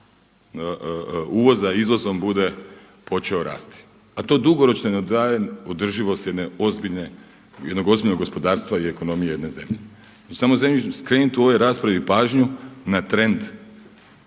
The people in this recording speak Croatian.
uvoza izvozom bude počeo rasti. A to dugoročno, održivost jedne ozbiljne, jednog ozbiljnog gospodarstva i ekonomije jedne zemlje. I samo skrenite u ovoj raspravi pažnju na trend.